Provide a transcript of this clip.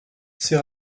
ces